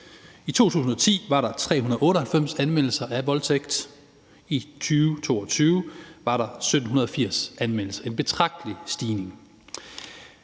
I 2010 var der 398 anmeldelser af voldtægt; i 2022 var der 1.780 anmeldelser – en betragtelig stigning.